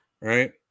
right